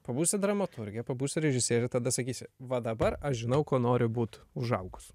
pabūsi dramaturgė pabūsi režisierė tada sakysi va dabar aš žinau ko noriu būt užaugus